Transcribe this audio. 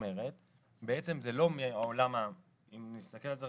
אם נסתכל על זה,